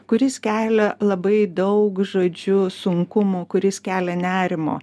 kuris kelia labai daug žodžiu sunkumų kuris kelia nerimo